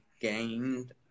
gained